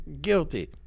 guilty